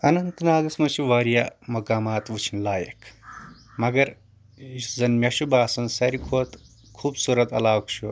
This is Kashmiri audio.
اننت ناگس منٛز چھِ واریاہ مقامات وٕچھٕنۍ لایق مگر یُس زَن مےٚ چھُ باسن ساروی کھۄتہٕ خوٗبصوٗرت علاقہٕ چھُ